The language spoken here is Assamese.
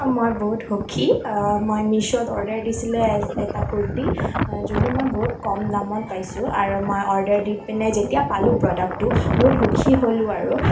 মই বহুত সুখী মই মিশ্ব'ত অৰ্ডাৰ দিছিলোঁ এটা কূৰ্তি যোনটো মই বহুত কম দামত পাইছোঁ আৰু মই অৰ্ডাৰ দি পেনে যেতিয়া পালোঁ প্ৰডাক্টটো বহুত সুখী হ'লোঁ আৰু